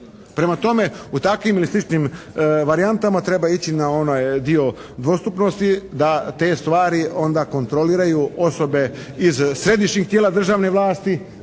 Prema tome u takvim ili sličnim varijantama treba ići na onaj dio dvostupnosti da te stvari onda kontroliraju osobe iz središnjih tijela državne vlasti.